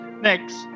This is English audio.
Next